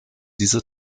diese